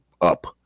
up